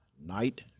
Night